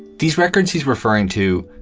these records he's referring to,